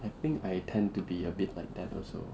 I think I tend to be a bit like that also